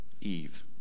Eve